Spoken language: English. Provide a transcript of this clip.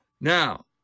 Now